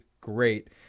great